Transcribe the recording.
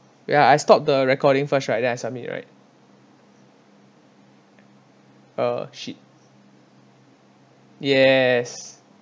ya I stop the recording first right then I submit right oh shit yes